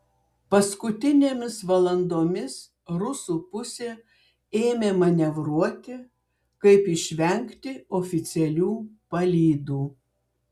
paskutinėmis valandomis rusų pusė ėmė manevruoti kaip išvengti oficialių palydų